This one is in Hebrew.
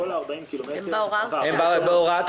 כל ה-40 קילומטר --- הם בהוראת השעה.